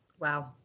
Wow